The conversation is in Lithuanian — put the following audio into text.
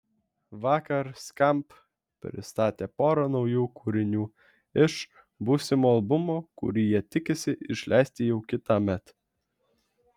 vakar skamp pristatė porą naujų kūrinių iš būsimo albumo kurį jie tikisi išleisti jau kitąmet